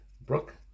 Brooke